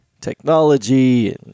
technology